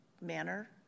manner